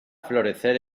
florecer